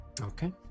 Okay